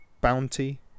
Bounty